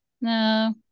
No